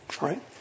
right